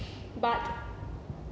but